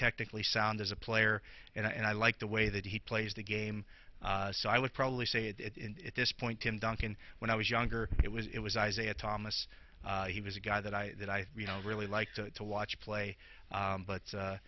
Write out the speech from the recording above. technically sound as a player and i like the way that he plays the game so i would probably say it in this point tim duncan when i was younger it was it was isaiah thomas he was a guy that i that i you know really like to watch play but